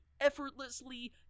effortlessly